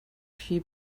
few